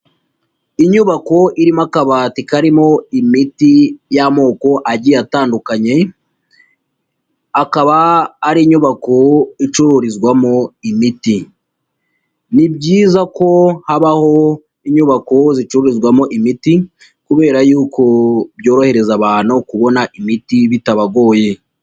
Inyubako irimo akabati karimo imiti y'amoko agiye atandukanye, akaba ari inyubako icururizwamo imiti, ni byiza ko habaho inyubako zicururizwamo imiti kubera y'uko byorohereza abantu kubona imiti bitabagoye.